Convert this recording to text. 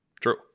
True